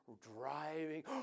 driving